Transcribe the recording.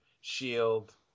shield